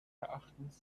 erachtens